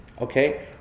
Okay